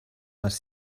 les